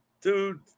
dude